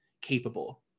capable